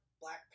Black